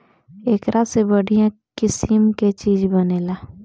एकरा से बढ़िया किसिम के चीज बनेला